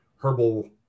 herbal